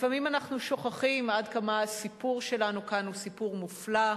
לפעמים אנחנו שוכחים עד כמה הסיפור שלנו כאן הוא סיפור מופלא,